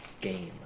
game